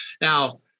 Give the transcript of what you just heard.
Now